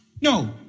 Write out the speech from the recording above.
No